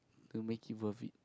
to make it worth it